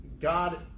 God